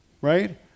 Right